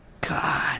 God